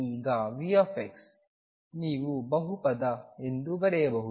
ಈಗ V ನೀವು ಬಹುಪದ ಎಂದು ಬರೆಯಬಹುದು